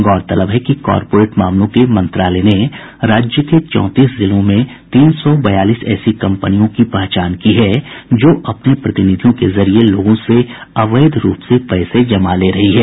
गौरतलब है कि कॉरपोरेट मामलों के मंत्रालय ने राज्य के चौंतीस जिलों में तीन सौ बयालीस ऐसी कम्पनियों की पहचान की है जो अपने प्रतिनिधियों के जरिये लोगों से अवैध रूप से पैसे जमा ले रही है